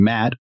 Matt